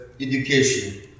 education